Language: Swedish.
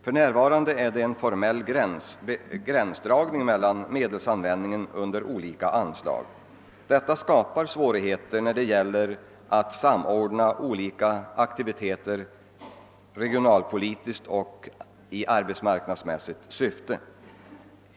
För närvarande är det en formell gränsdragning mellan medelsanvändningen under olika anslag. Detta skapar svårigheter när det gäller att samordna olika aktiviteter, regionalpolitiskt och i arbetsmarknadsmässigt syfte.